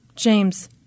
James